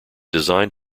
designed